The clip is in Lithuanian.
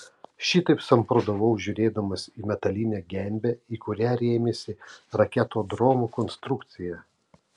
šitaip samprotavau žiūrėdamas į metalinę gembę į kurią rėmėsi raketodromo konstrukcija